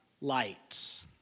light